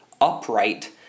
upright